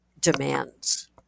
demands